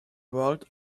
world